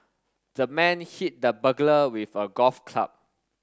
the man hit the burglar with a golf club